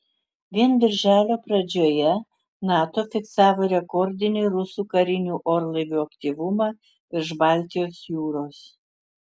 vien birželio pradžioje nato fiksavo rekordinį rusų karinių orlaivių aktyvumą virš baltijos jūros